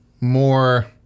more